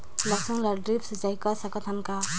लसुन ल ड्रिप सिंचाई कर सकत हन का?